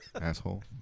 asshole